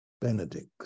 benedict